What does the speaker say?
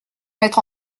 mettre